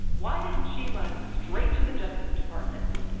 why didn't she run straight to the justice department?